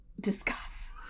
Discuss